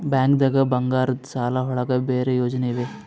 ಬ್ಯಾಂಕ್ದಾಗ ಬಂಗಾರದ್ ಸಾಲದ್ ಒಳಗ್ ಬೇರೆ ಯೋಜನೆ ಇವೆ?